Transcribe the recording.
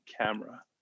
camera